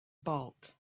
bulk